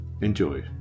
Enjoy